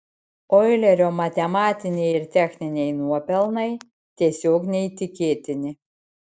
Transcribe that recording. oilerio matematiniai ir techniniai nuopelnai tiesiog neįtikėtini